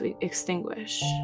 extinguish